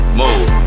move